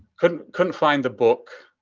couldn't couldn't find the book.